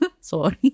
sorry